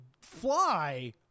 Fly